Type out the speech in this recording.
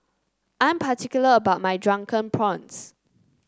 I'm particular about my Drunken Prawns